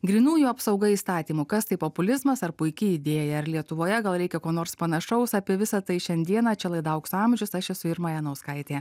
grynųjų apsauga įstatymų kas tai populizmas ar puiki idėja ar lietuvoje gal reikia ko nors panašaus apie visa tai šiandieną čia laida aukso amžius aš esu irma janauskaitė